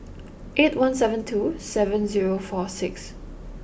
eight one seven two seven zero four six